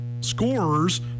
scorers